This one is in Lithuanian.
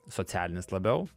socialinis labiau